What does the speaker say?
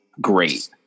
great